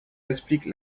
explique